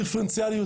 דיפרנציאליות,